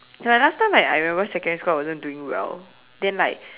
like last time right I remember secondary school I wasn't doing well then like